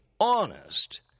honest